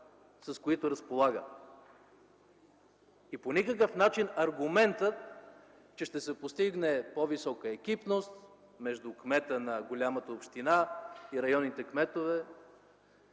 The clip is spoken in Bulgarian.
с които разполага, и по никакъв начин аргументът, че ще се постигне по-висока екипност между кмета на голямата община и районните кметове,